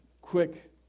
quick